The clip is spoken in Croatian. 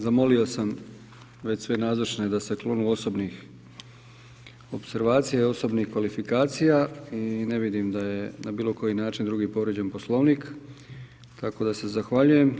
Zamolio sam već sve nazočne da se klonu osobnih opservacija i osobnih kvalifikacija i ne vidim da je na bilo koji način drugi povrijeđen Poslovnik, tako da se zahvaljujem.